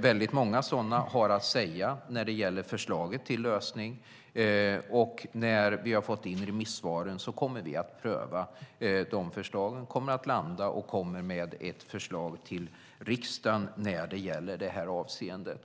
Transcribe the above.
väldigt många sådana, har att säga när det gäller förslaget till lösning. När vi har fått in remissvaren kommer vi att pröva de förslagen. De kommer att landa, och vi kommer med ett förslag till riksdagen i det här avseendet.